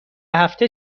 هفته